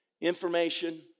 Information